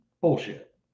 bullshit